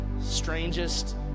strangest